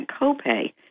copay